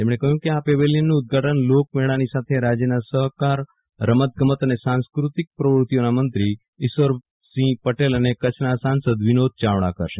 તેમણે કહ્યું કે આ પેવેલીયનનું ઉદઘાટન લોકમેળાની સાથે રાજ્યના સહકાર રમતગમત અને સાંસ્કૃતિક પ્રવૃતિઓના મંત્રી ઈશ્વરસિંહ પટેલ અને કચ્છના સાંસદ વિનોદ ચાવડા કરશે